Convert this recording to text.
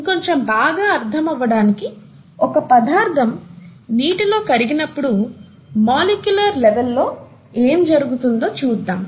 ఇంకొంచెం బాగా అర్థం అవ్వటానికి ఒక పదార్ధం నీటిలో కరిగినప్పుడు మాలిక్యులర్ లెవెల్ లో ఏమి జరుగుతుందో చూద్దాం